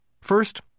First